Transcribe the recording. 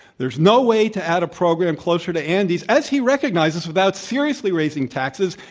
there's no way to add a program closer to andy's, as he recognizes, without seriously raising taxes.